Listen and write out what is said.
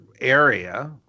area